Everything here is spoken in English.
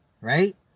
right